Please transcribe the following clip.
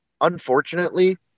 unfortunately